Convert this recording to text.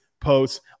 posts